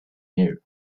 you